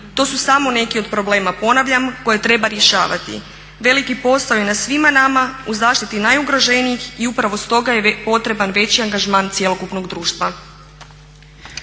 To su samo neki od problema, ponavljam, koje treba rješavati. Veliki posao je i na svima nama u zaštiti najugroženijih i upravo stoga je potreban veći angažman cjelokupnog društva.